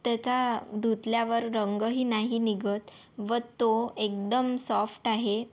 त्याचा धुतल्यावर रंगही नाही निघत व तो एकदम सॉफ्ट आहे